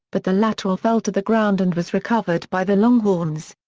but the lateral fell to the ground and was recovered by the longhorns.